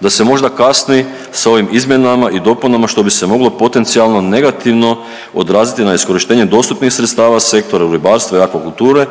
da se možda kasni sa ovim izmjenama i dopunama, što bi se moglo potencijalno negativno odraziti na iskorištenje dostupnih sredstava sektora u ribarstvu i akvakulture